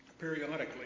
periodically